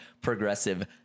progressive